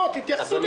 בואו תתייחסו לזה.